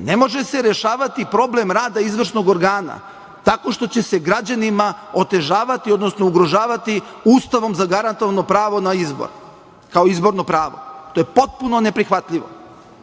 Ne može se rešavati problem rada izvršnog organa, tako što će se građanima otežavati, odnosno ugrožavati ustavom zagarantovano pravo na izbor, kao izborno pravo, to je potpuno neprihvatljivo